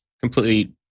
completely